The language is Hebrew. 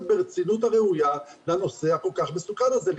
ברצינות הראויה לנושא הכול כך מסוכן הזה.